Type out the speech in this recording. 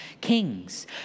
kings